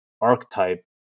archetype